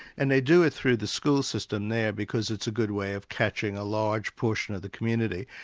and they do it through the school system there because it's a good way of catching a large portion of the community.